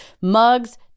mugs